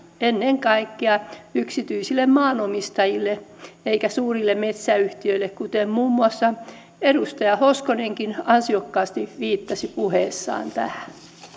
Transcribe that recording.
ennen kaikkea yksityisille maanomistajille ei suurille metsäyhtiöille kuten muun muassa edustaja hoskonenkin ansiokkaasti viittasi puheessaan tähän